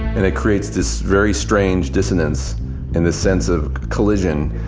and it creates this very strange dissonance and this sense of collision.